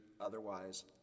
otherwise